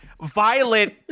violent